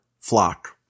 flock